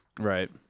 Right